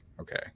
okay